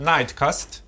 Nightcast